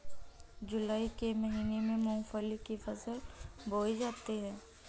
जूलाई के महीने में मूंगफली की फसल बोई जाती है